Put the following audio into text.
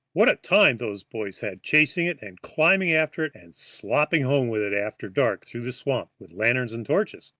what a time those boys had chasing it and climbing after it and slopping home with it after dark through the swamp, with lanterns and torches!